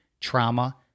trauma